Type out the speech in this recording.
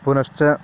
पुनश्च